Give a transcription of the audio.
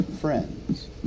friends